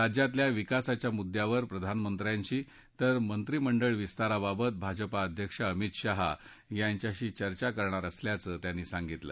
राज्यातल्या विकासाच्या मुद्यांवर प्रधानमंत्र्यांशी तर मंत्रिमंडळ विस्ताराबाबत भाजपा अध्यक्ष अमित शाह यांच्याशी चर्चा करणार असल्याचं त्यांनी सांगितलं